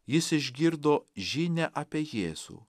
jis išgirdo žinią apie jėzų